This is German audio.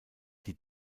die